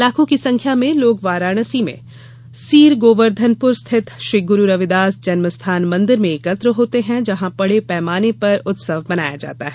लाखों की संख्या में लोग वाराणसी में सीर गोवर्धनपुर स्थित श्री गुरु रविदास जन्मस्थान मंदिर में एकत्र होते हैं जहां बड़े पैमाने पर उत्सव मनाया जाता है